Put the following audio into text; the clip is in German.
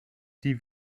die